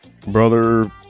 Brother